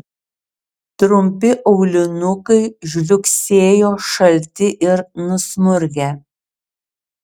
trumpi aulinukai žliugsėjo šalti ir nusmurgę